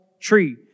tree